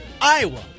Iowa